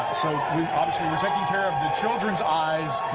obviously taking care of your children's eyes.